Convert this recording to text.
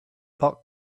pork